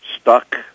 stuck